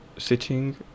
sitting